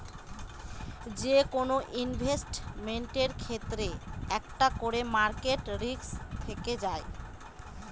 যেকোনো ইনভেস্টমেন্টের ক্ষেত্রে একটা করে মার্কেট রিস্ক থেকে যায়